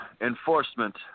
enforcement